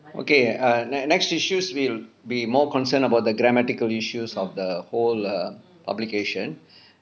okay err err next issues will be more concerned about the grammatical issues of the whole err publication